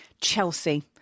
Chelsea